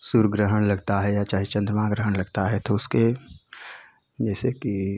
सूर्य ग्रहण लगता है या चाहे चन्द्रमा ग्रहण लगता है तो उसके जैसे कि